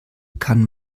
kann